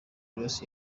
ross